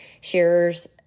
shares